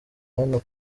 hano